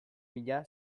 mina